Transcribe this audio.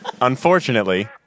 Unfortunately